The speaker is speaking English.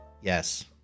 Yes